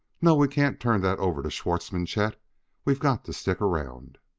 no, we can't turn that over to schwartzmann, chet we've got to stick around.